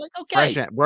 okay